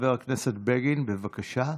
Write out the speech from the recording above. חבר הכנסת בגין, בבקשה.